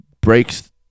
breaks